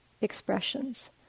expressions